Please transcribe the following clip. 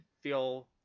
feel